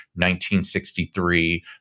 1963